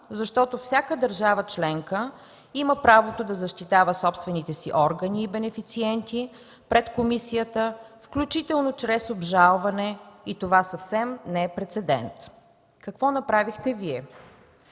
защото всяка държава членка има правото да защитава собствените си органи и бенефициенти пред комисията, включително чрез обжалване. И това съвсем не е прецедент. Какво направихте Вие?